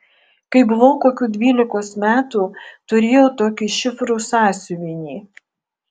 kai buvau kokių dvylikos metų turėjau tokį šifrų sąsiuvinį